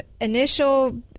initial